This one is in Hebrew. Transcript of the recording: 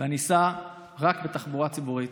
ואני אסע רק בתחבורה הציבורית,